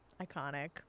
Iconic